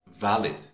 valid